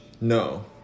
No